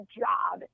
job